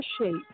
shape